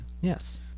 Yes